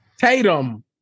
Tatum